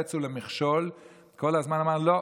לרועץ ולמכשול וכל הזמן אמר: לא,